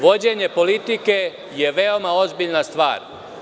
Vođenje politike je veoma ozbiljna stvar.